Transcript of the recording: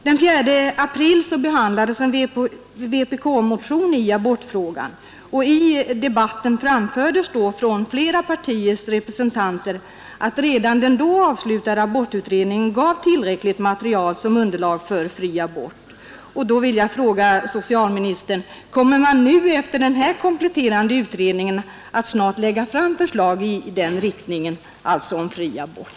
Den 4 april i år behandlades en vpk-motion i abortfrågan, och i den debatten framhölls då från flera partiers representanter att abortutredningen, som redan då var avslutad, gav tillräckligt material som underlag för fri abort. Jag vill därför fråga: Kommer socialministern nu, efter den kompletterande utredningen, att snart framlägga förslag om fri abort?